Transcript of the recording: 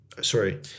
sorry